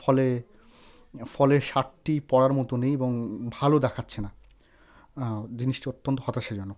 ফলে ফলে শার্টটি পরার মতো নেই এবং ভালো দেখাচ্ছে না জিনিসটা অত্যন্ত হতাশাজনক